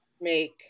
make